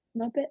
Muppet